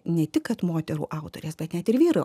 ne tik kad moterų autorės bet net ir vyrai